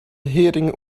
hering